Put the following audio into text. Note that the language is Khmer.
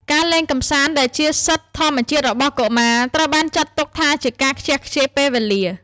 ការលេងកម្សាន្តដែលជាសិទ្ធិធម្មជាតិរបស់កុមារ ត្រូវបានចាត់ទុកថាជាការខ្ជះខ្ជាយពេលវេលា។